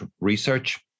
research